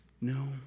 No